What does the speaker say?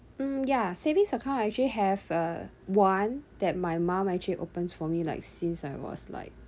mm ya savings account I actually have uh one that my mum actually opens for me like since I was like